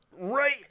right